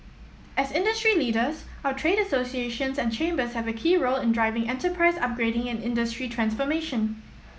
as industry leaders our trade associations and chambers have a key role in driving enterprise upgrading and industry transformation